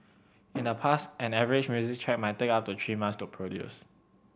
in the past an average music track might take up to three months to produce